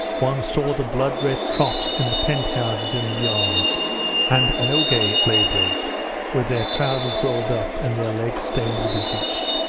one saw the blood-red troughs in the pent-houses in the yards and nogay labourers with their trousers rolled up and their legs stained with the juice.